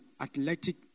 athletic